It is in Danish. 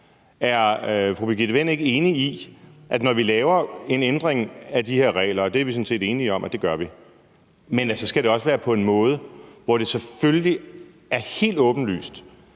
Er fru Birgitte Vind ikke enig i, at når vi laver en ændring af de her regler – og det er vi sådan set enige om at vi gør – skal det også være på en måde, hvor det selvfølgelig er helt åbenlyst,